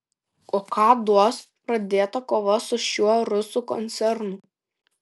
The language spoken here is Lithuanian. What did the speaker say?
o ką duos pradėta kova su šiuo rusų koncernu